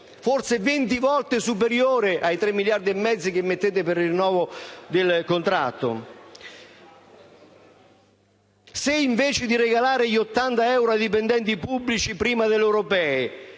Forse venti volte superiore ai 3,5 miliardi che stanziate per il rinnovo del contratto. Se invece di regalare gli 80 euro ai dipendenti pubblici prima delle europee